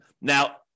Now